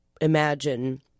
imagine